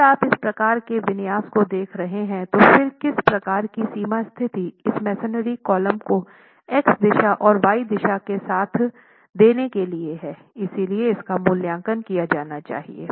अगर आप इस प्रकार के विन्यास को देख रहे हैं तो फिर किस प्रकार की सीमा स्थिति इस मेसनरी कॉलम को x दिशा और y दिशा के साथ देने के लिए है इसलिए इसका मूल्यांकन किया जाना चाहिए